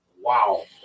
wow